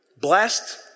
Blessed